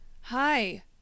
Hi